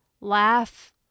laugh